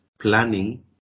planning